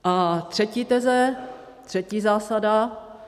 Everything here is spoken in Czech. A třetí teze, třetí zásada.